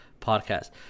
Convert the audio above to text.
podcast